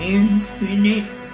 infinite